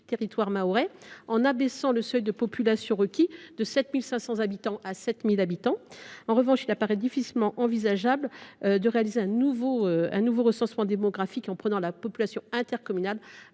territoire mahorais en abaissant le seuil de population requis de 7 500 habitants à 7 000 habitants. En revanche, il apparaît difficilement envisageable de réaliser un nouveau recensement démographique avant celui qui